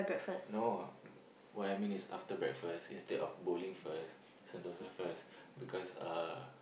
no what I mean is after breakfast instead of bowling first Sentosa first because uh